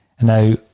Now